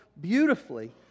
beautifully